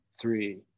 three